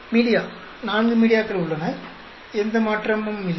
media 4 ஊடகங்கள் உள்ளன எந்த மாற்றமும் இல்லை